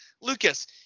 Lucas